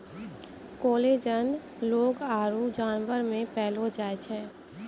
collagen लोग आरु जानवर मे पैलो जाय छै